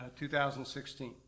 2016